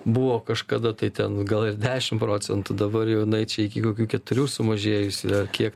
buvo kažkada tai ten gal ir dešim procentų dabar jau jinai čia iki kokių keturių sumažėjusi ar kiek